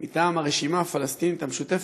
מטעם הרשימה הפלסטינית המשותפת,